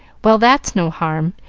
well, that's no harm.